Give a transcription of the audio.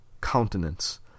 Countenance